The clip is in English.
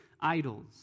idols